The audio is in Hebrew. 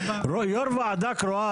יו"ר ועדה קרואה,